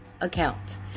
account